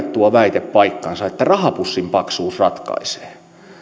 tuo väite että rahapussin paksuus ratkaisee ei pidä paikkaansa